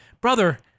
brother